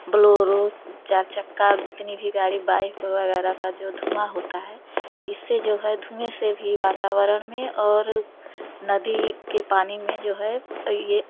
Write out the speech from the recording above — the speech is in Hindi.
बोलेरो चार चक्का जितनी भी गाड़ी बाइक वगैरह का जो धुआँ होता है इससे जो है धुएँ से भी वातावरण में और नदी के पानी में जो है ये